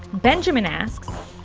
benjamin asks,